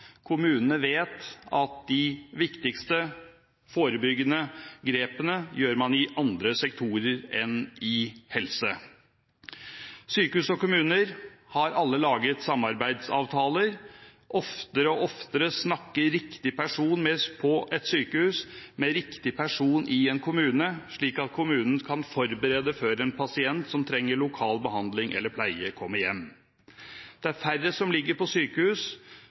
Kommunene vet at de viktigste forebyggende grepene gjør man i andre sektorer enn helse. Sykehus og kommuner har alle laget samarbeidsavtaler. Oftere og oftere snakker riktig person på et sykehus med riktig person i en kommune, slik at kommunen kan forberede seg før en pasient som trenger lokal behandling eller pleie, kommer hjem. Det er færre som ligger på sykehus,